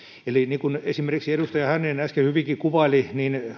eli niin kuin esimerkiksi edustaja hänninen äsken hyvinkin kuvaili